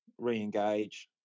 re-engage